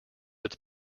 its